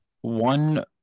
one